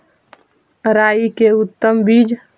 राई के उतम बिज?